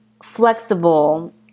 flexible